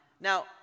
Now